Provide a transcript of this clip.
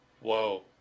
Whoa